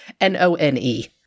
N-O-N-E